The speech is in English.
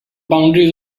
boundaries